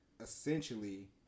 essentially